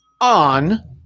on